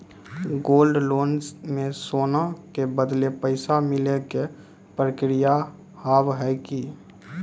Gold loan मे सोना के बदले पैसा मिले के प्रक्रिया हाव है की?